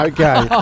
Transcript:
Okay